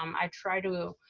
um i try to